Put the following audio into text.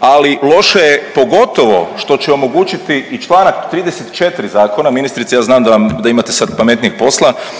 ali loše je pogotovo što će omogućiti i članak 34. Zakona. Ministrice ja znam da imate sad pametnijeg posla,